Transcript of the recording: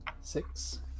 Six